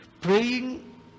Praying